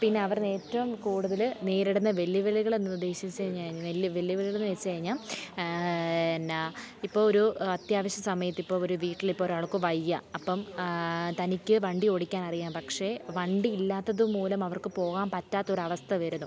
പിന്നവർ ഏറ്റവും കൂടുതൽ നേരിടുന്ന വെല്ലുവിളികളെന്നുദ്ദേശിച്ചു കഴിഞ്ഞാൽ വെല്ല് വെല്ലു വിളികളെന്നു വെച്ചു കഴിഞ്ഞാൽ എന്നാ ഇപ്പം ഒരു അത്യാവശ്യ സമയത്ത് ഇപ്പോൾ ഒരു വീട്ടിലിപ്പോൾ ഒരാള്ക്കു വയ്യ അപ്പം തനിക്കു വണ്ടി ഓടിക്കാനറിയാം പക്ഷേ വണ്ടി ഇല്ലാത്തതു മൂലം അവര്ക്കു പോകാൻ പറ്റാത്തൊരവസ്ഥ വരുന്നു